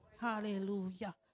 Hallelujah